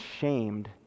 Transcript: shamed